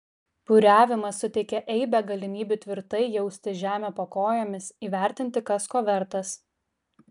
buriavimas suteikia eibę galimybių tvirtai jausti žemę po kojomis įvertinti kas ko vertas